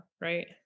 right